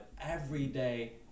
everyday